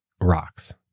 rocks